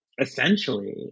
essentially